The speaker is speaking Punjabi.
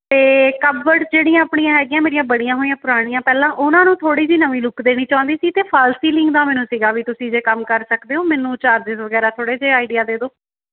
ਅਤੇ ਕਪਬਰਡ ਜਿਹੜੀਆਂ ਆਪਣੀਆਂ ਹੈਗੀਆਂ ਮੇਰੀਆਂ ਬਣੀਆਂ ਹੋਈਆਂ ਪੁਰਾਣੀਆਂ ਪਹਿਲਾਂ ਉਹਨਾਂ ਨੂੰ ਥੋੜ੍ਹੀ ਜਿਹੀ ਨਵੀਂ ਲੁੱਕ ਦੇਣੀ ਚਾਹੁੰਦੀ ਸੀ ਅਤੇ ਫਾਲਸੀਲਿੰਗ ਦਾ ਮੈਨੂੰ ਸੀਗਾ ਵੀ ਤੁਸੀਂ ਜੇ ਕੰਮ ਕਰ ਸਕਦੇ ਹੋ ਮੈਨੂੰ ਚਾਰਜਿਸ ਵਗੈਰਾ ਥੋੜ੍ਹੇ ਜਿਹੇ ਆਈਡੀਆ ਦੇ ਦਿਉ